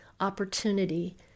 opportunity